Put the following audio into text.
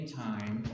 time